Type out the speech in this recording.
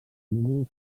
números